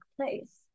place